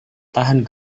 tahan